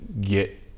get